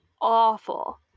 Awful